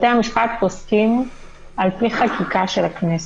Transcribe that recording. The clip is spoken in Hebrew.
בתי המשפט פוסקים על פי חקיקה של הכנסת.